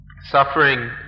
Suffering